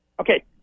Okay